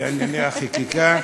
לענייני חקיקה,